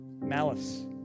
malice